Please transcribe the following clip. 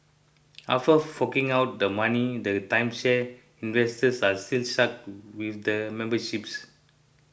after forking out the money the timeshare investors are still stuck with the memberships